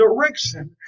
direction